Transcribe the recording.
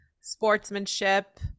sportsmanship